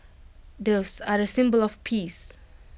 doves are A symbol of peace